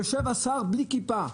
יושב השר בלי כיפה,